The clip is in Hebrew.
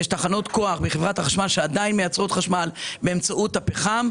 ויש תחנות כוח בחברת החשמל שעדיין מייצרות חשמל באמצעות הפחם,